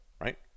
right